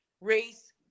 race